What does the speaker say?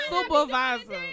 supervisor